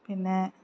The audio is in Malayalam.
പിന്നെ